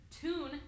tune